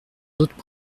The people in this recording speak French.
d’autres